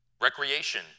recreation